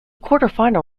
quarterfinal